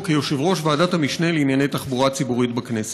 כיושב-ראש ועדת המשנה לענייני תחבורה ציבורית בכנסת.